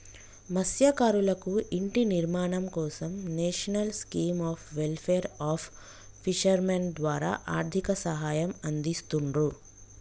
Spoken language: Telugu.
మత్స్యకారులకు ఇంటి నిర్మాణం కోసం national scheme of welfare of fishermen ద్వారా ఆర్థిక సహాయం అందిస్తున్రు